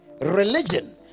religion